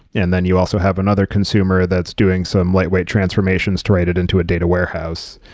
and then you also have another consumer that's doing some lightweight transformations to write it into a data warehouse.